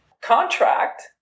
contract